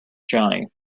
johnny